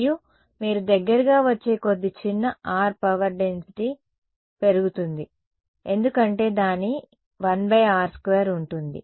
మరియు మీరు దగ్గరగా వచ్చే కొద్దీ చిన్న r పవర్ డెన్సిటీ పెరుగుతుంది ఎందుకంటే దాని 1r2 ఉంటుంది